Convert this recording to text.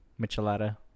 Michelada